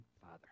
Father